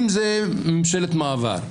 אם זה ממשלת מעבר,